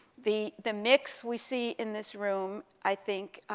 the the mix we see in this room, i think, ah,